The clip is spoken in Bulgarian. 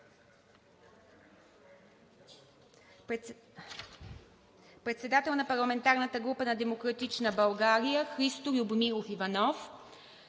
Председател на парламентарната група на „Демократична България“ – Христо Любомир Иванов,